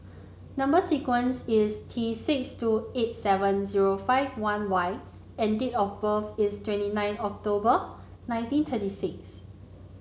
number sequence is T six two eight seven zero five one Y and date of birth is twenty nine October nineteen twenty six